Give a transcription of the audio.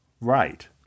Right